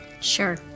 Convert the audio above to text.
Sure